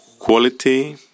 Quality